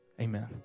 Amen